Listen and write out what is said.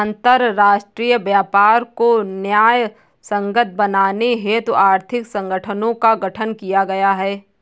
अंतरराष्ट्रीय व्यापार को न्यायसंगत बनाने हेतु आर्थिक संगठनों का गठन किया गया है